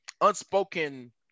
unspoken